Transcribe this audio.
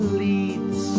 leads